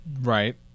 Right